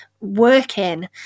working